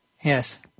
Yes